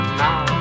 now